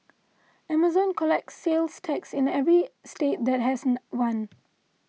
amazon collects sales tax in every state that has one